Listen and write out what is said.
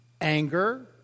anger